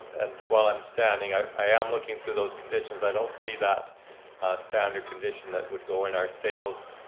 and while i'm standing, i am looking to those conditions. i don't see that standard condition that would go in our sales